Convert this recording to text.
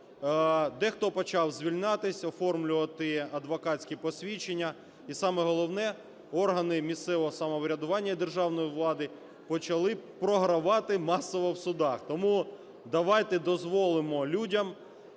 Дехто почав звільнятися, оформлювати адвокатські посвідчення і саме головне – органи місцевого самоврядування і державної влади почали програвати масово в судах. Тому давайте дозволимо людям,